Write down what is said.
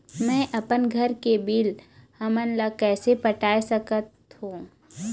मैं अपन घर के बिल हमन ला कैसे पटाए सकत हो?